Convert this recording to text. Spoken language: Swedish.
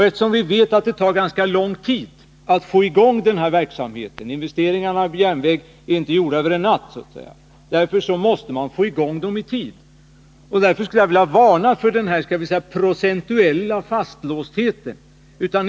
Eftersom vi vet att det tar ganska lång tid att få i gång denna verksamhet — investeringarna i järnväg är inte gjorda över en natt — måste man få i gång dem i tid. Därför skulle jag vilja varna för denna ”procentuella” fastlåsthet.